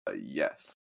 yes